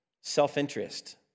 self-interest